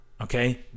okay